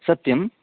सत्यम्